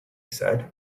said